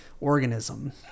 organism